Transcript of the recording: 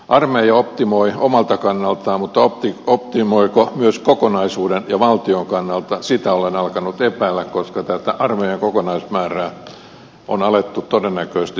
armeija optimoi omalta kannaltaan mutta optimoiko myös kokonaisuuden ja valtion kannalta sitä olen alkanut epäillä koska tätä armeijan kokonaismäärää on alettu todennäköisesti supistaa